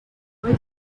never